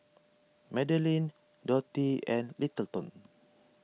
Madelyn Dottie and Littleton